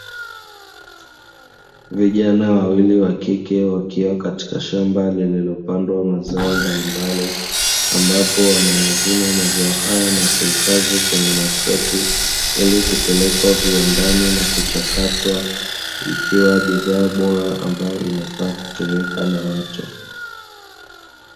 Vijana wawili wa kike wakiwa katika shamba lililopandwa mazao mbalimbali, ambapo wanayavuna mazao hayo na kuhifadhi kwenye makreti ili kupelekwa viwandani na kuchakatwa ikiwa bidhaa bora inayofaa kutumika na watu.